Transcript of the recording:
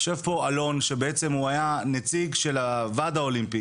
יושב פה אלון, שהיה נציג הוועד האולימפי